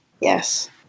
Yes